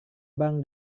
bank